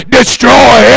destroy